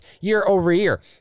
year-over-year